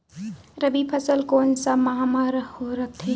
रबी फसल कोन सा माह म रथे?